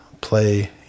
play